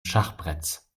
schachbretts